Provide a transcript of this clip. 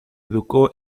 educó